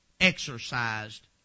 exercised